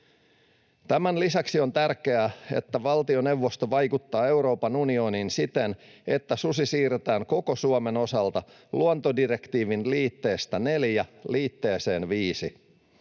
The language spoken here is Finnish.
Tämän lisäksi on tärkeää, että valtioneuvosto vaikuttaa Euroopan unioniin siten, että susi siirretään koko Suomen osalta luontodirektiivin liitteestä IV liitteeseen V.